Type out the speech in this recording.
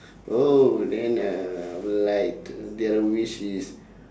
oh then uh like the other wish is